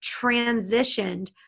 transitioned